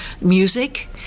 music